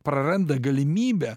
praranda galimybę